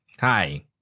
Hi